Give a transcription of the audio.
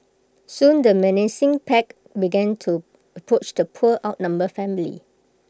soon the menacing pack began to approach the poor outnumbered family